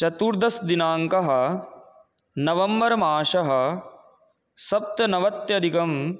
चतुर्दशदिनाङ्कः नवम्बर् मासः सप्तनवत्यधिकं